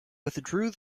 withdrew